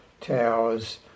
Towers